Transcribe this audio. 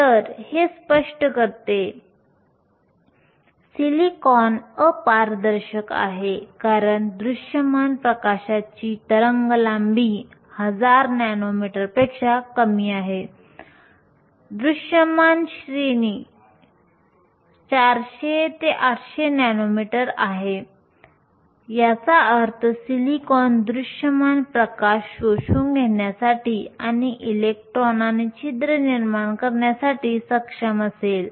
तर हे स्पष्ट करते सिलिकॉन अपारदर्शक आहे कारण दृश्यमान प्रकाशाची तरंगलांबी 1000 नॅनोमीटरपेक्षा कमी आहे दृश्यमान श्रेणी 400 ते 800 नॅनोमीटर आहे याचा अर्थ सिलिकॉन दृश्यमान प्रकाश शोषून घेण्यासाठी आणि इलेक्ट्रॉन आणि छिद्र निर्माण करण्यासाठी सक्षम असेल